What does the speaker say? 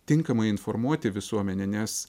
tinkamai informuoti visuomenę nes